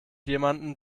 jemanden